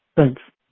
thanks